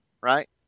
Right